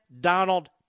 Donald